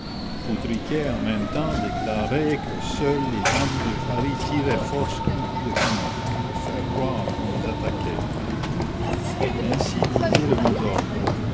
foutriquet en même temps déclarait que seuls les bandits de paris tiraient force coups de canon pour faire croire qu'on les attaquait ainsi disait le mot d'ordre